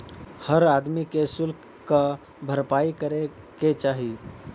हर आदमी के सुल्क क भरपाई करे के चाही